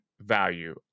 value